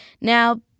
Now